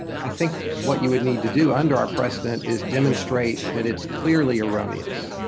i think what you would need to do under our precedent is demonstrate that it's clearly erroneous.